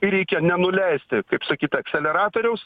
ir reikia nenuleisti kaip sakyt akseleratoriaus